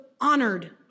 honored